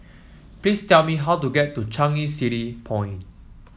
please tell me how to get to Changi City Point